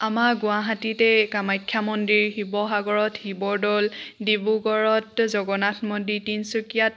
আমাৰ গুৱাহাটিতেই কামাখ্যা মন্দিৰ শিৱসাগৰত শিৱ দ'ল ডিব্ৰুগড়ত জগন্নাথ মন্দিৰ তিনিচুকীয়াত